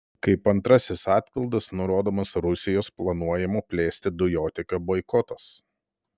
kaip antrasis atpildas nurodomas rusijos planuojamo plėsti dujotiekio boikotas